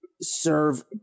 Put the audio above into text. serve